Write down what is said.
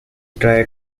dry